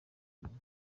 inyuma